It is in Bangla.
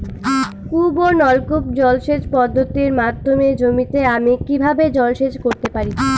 কূপ ও নলকূপ জলসেচ পদ্ধতির মাধ্যমে জমিতে আমি কীভাবে জলসেচ করতে পারি?